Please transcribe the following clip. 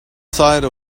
side